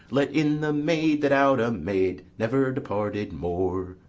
let in the maid, that out a maid never departed more.